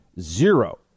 Zero